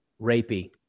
rapey